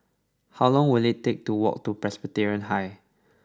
how long will it take to walk to Presbyterian High